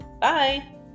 bye